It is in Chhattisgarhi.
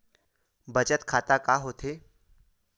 बचत खाता का होथे?